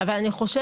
אבל אני חושבת